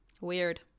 weird